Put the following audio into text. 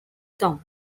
thumb